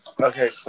Okay